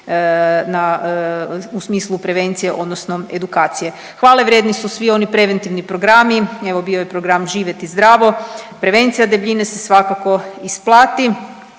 u smislu prevencije odnosno edukacije. Hvalevrijedni su svi oni preventivni programi, evo bio je program Živjeti zdravo, prevencija debljine se svakako isplati,